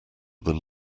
than